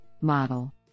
model